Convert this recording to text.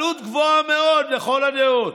עלות גבוהה מאוד לכל הדעות.